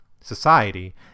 society